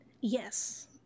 Yes